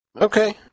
Okay